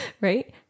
Right